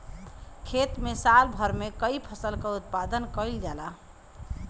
खेत में साल भर में कई फसल क उत्पादन कईल जाला